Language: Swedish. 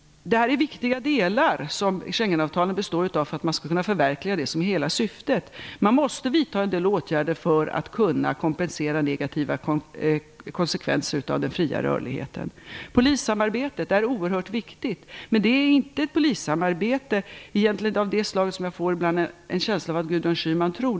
Det är en viktig del som Schengenavtalet består av för att man skall kunna förverkliga det som är hela syftet. Man måste vidta en del åtgärder för att kunna kompensera negativa konsekvenser av den fria rörligheten. Polissamarbetet är oerhört viktigt, men det är inte ett polissamarbete av det slag som jag ibland får en känsla av att Gudrun Schyman tror.